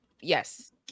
Yes